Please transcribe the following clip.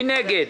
מי נגד?